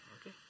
okay